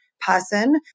person